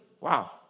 Wow